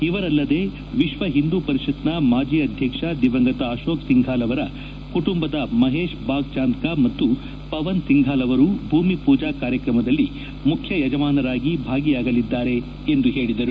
ಇವರಲ್ಲದೇ ಎಶ್ವ ಒಂದೂ ಪರಿಷತ್ನ ಮಾಜ ಆದ್ವಕ್ಷ ದಿವಂಗತ ಅರೋಕ್ ಸಿಂಘಾಲ್ ಅವರ ಕುಟುಂಬದ ಮಹೇಶ್ ಭಾಗ್ಚಾಂದ್ಯಾ ಮತ್ತು ಪವನ್ ಸಿಂಘಾಲ್ ಅವರು ಭೂಮಿ ಮೂಜಾ ಕಾರ್ಯಕ್ರಮದಲ್ಲಿ ಮುಖ್ಯ ಯಜಮಾನರಾಗಿ ಭಾಗಿಯಾಗಲಿದ್ದಾರೆ ಎಂದು ಪೇಳಿದರು